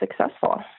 successful